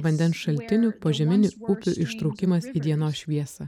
vandens šaltinių požeminių upių ištraukimas į dienos šviesą